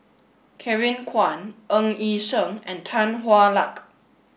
Kevin Kwan Ng Yi Sheng and Tan Hwa Luck